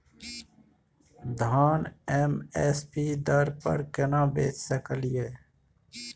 धान M S P दर पर केना बेच सकलियै?